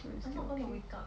still okay